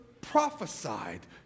prophesied